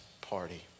party